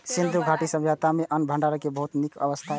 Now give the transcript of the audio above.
सिंधु घाटी सभ्यता मे अन्न भंडारण के बहुत नीक व्यवस्था रहै